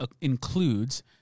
includes